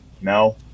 no